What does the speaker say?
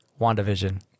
WandaVision